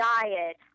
diet